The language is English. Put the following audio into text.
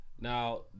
now